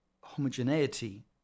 homogeneity